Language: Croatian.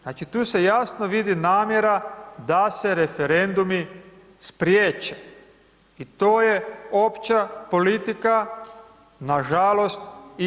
Znači, tu se jasno vidi namjera da se referendumi spriječe i to je opća politika, na žalost, i EU.